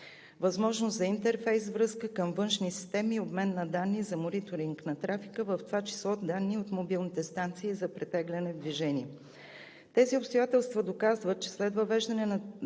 възможност за интерфейс връзка към външни системи; обмен на данни за мониторинг на трафика, в това число данни от мобилните станции за претегляне в движение. Тези обстоятелства доказват, че след въвеждане на системата